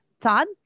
todd